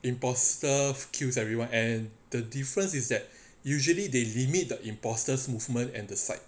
imposter kills everyone and the difference is that usually they limit the imposters movement and the sight